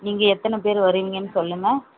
நீங்கள் எத்தனை பேர் வரிங்கன்னு சொல்லுங்கள்